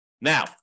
Now